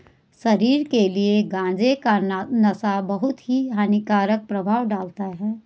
शरीर के लिए गांजे का नशा बहुत ही हानिकारक प्रभाव डालता है